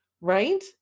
Right